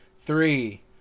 Three